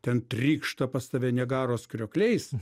ten trykšta pas tave niagaros kriokliais